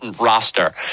roster